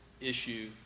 issue